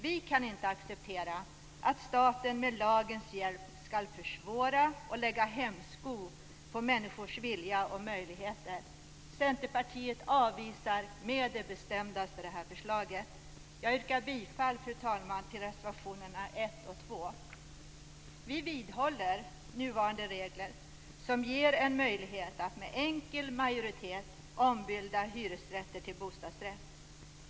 Vi kan inte acceptera att staten med lagens hjälp skall försvåra och lägga hämsko när det gäller människors vilja och möjligheter. Centerpartiet avvisar med det bestämdaste det här förslaget. Fru talman! Jag yrkar bifall till reservationerna 1 Vi håller fast vid nuvarande regler som ger en möjlighet att med en enkel majoritet ombilda hyresrätter till bostadsrätter.